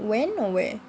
when or where